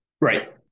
right